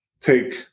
take